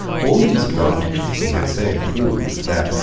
all these advantages he had so improved that,